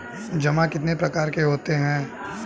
जमा कितने प्रकार के होते हैं?